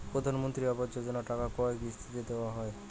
প্রধানমন্ত্রী আবাস যোজনার টাকা কয় কিস্তিতে দেওয়া হয়?